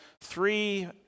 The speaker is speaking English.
three